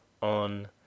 On